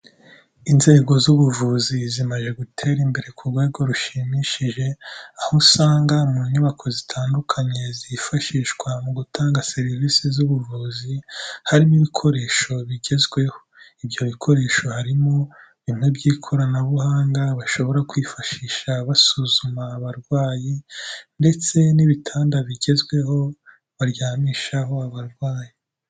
Inzego z'ubuvuzi zimaze gutera imbere ku rwego rushimishije, aho usanga mu nyubako zitandukanye zifashishwa mu gutanga serivisi z'ubuvuzi, harimo ibikoresho bigezweho. Ibyo bikoresho harimo bimwe by'ikoranabuhanga, bashobora kwifashisha basuzuma abarwayi, ndetse n'ibitanda bigezweho, baryamishaho abarwayi.